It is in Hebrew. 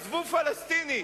עזבו פלסטיני,